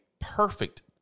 perfect